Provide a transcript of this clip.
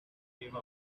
gave